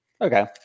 Okay